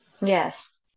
Yes